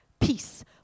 peace